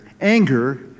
Anger